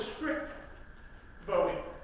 restrict voting.